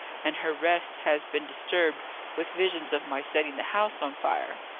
and her rest has been disturbed with visions of my setting the house on fire.